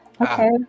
Okay